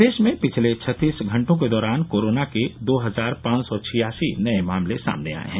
प्रदेश में पिछले छत्तीस घंटों के दौरान कोरोना के दो हजार पांच सौ छियासी नये मामले सामने आये हैं